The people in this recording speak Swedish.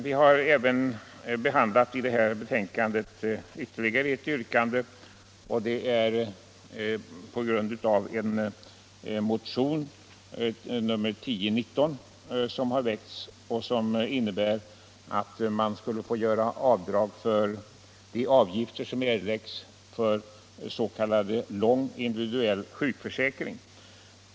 I detta betänkande har vi behandlat ytterligare ett yrkande, med anledning av en motion, nr 1019, som går ut på att man skulle få göra avdrag för de avgifter som erläggs för s.k. lång individuell sjukförsäkring.